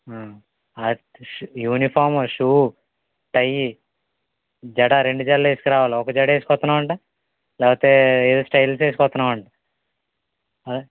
uniform shoe tie జడ రెండు జళ్లు వేసుకురావాలి ఒక జడ ఏసుకొస్తున్నావంటా లేకపోతే ఏదో స్టైల్స్ వేసుకోసున్నావంటా అదే